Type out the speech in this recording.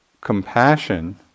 Compassion